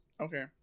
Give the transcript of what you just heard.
Okay